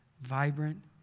vibrant